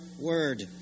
word